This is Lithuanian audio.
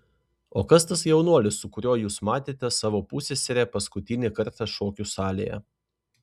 o kas tas jaunuolis su kuriuo jūs matėte savo pusseserę paskutinį kartą šokių salėje